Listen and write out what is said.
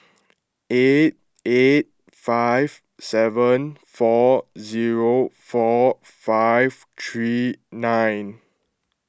eight eight five seven four zero four five three nine